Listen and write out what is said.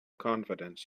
confidence